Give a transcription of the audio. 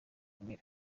umwere